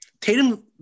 Tatum